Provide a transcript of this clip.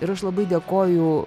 ir aš labai dėkoju